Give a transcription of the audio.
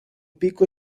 pico